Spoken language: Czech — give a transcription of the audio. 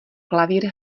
klavír